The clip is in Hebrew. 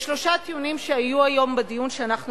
יש שלושה טיעונים שעלו היום בדיון שאנחנו,